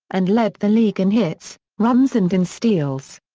and led the league in hits, runs and in steals.